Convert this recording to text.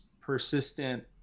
persistent